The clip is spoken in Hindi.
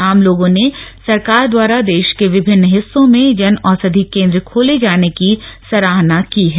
आम लोगों ने सरकार द्वारा देश के विभिन्न हिस्सों में जन औषधि केंद्र खोले जाने की सराहना की है